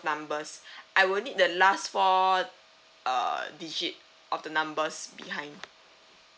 numbers I will need that last four uh digit of the numbers behind